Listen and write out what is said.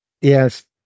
Yes